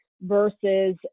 versus